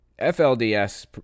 FLDS